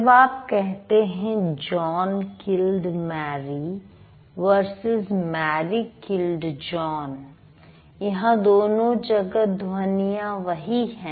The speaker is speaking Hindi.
जब आप कहते हैं John killed Mary versus Mary killed John यहां दोनों जगह ध्वनियां वही हैं